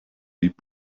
deep